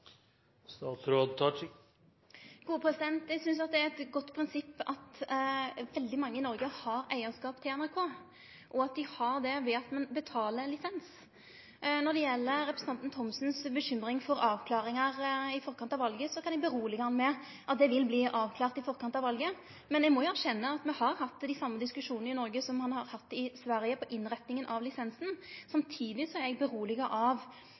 det er eit godt prinsipp at veldig mange i Noreg har eigarskap til NRK, at ein har det ved at ein betaler lisens. Når det gjeld representanten Thomsens bekymring for avklaringar i forkant av valet, kan eg roe han med å seie at det vil verte avklart i forkant av valet. Eg må erkjenne at me har hatt dei same diskusjonane i Noreg som ein har hatt i Sverige når det gjeld innretninga av lisensen. Samtidig er eg roa av